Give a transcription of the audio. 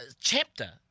chapter